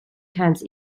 times